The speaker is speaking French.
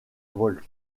wolff